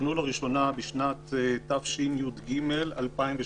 תוקנו לראשונה בשנת תשע"ג-2013.